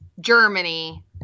Germany